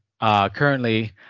Currently